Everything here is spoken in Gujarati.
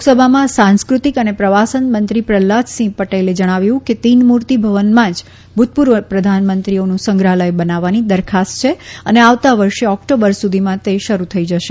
લોકસભામાં સાંસ્ક્રતિક અને પ્રવાસનમંત્રી પ્રહલાદસિંહ પટેલે જણાવ્યું કે તીનમૂર્તિ ભવનમાં જ ભૂતપૂર્વ પ્રધાનમંત્રીઓનું સંગ્રહાલય બનાવવાની દરખાસ્ત છે અને આવતા વર્ષે ઓકટોબર સુધીમાં તે શરૂ થઇ જશે